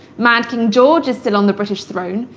mad king george is still on the british throne,